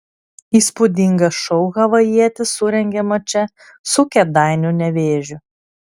įspūdingą šou havajietis surengė mače su kėdainių nevėžiu